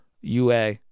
UA